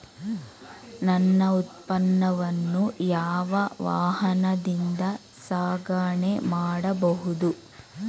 ನನ್ನ ಉತ್ಪನ್ನವನ್ನು ಯಾವ ವಾಹನದಿಂದ ಸಾಗಣೆ ಮಾಡಬಹುದು?